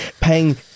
paying